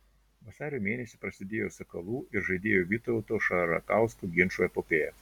vasario mėnesį prasidėjo sakalų ir žaidėjo vytauto šarakausko ginčų epopėja